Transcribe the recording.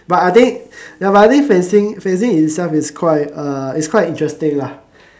but I think ya but I think fencing fencing itself is quite uh is quite interesting lah